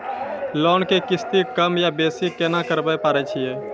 Loan के किस्ती कम या बेसी केना करबै पारे छियै?